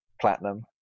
platinum